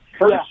First